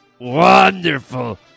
wonderful